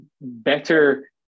better